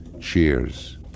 cheers